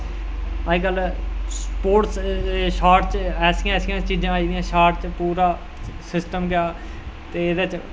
अजकल्ल sports shots च ऐसियां ऐसियां चीजां आई दियां शॉटस च पूरा सिस्टम गै ते एह्दे च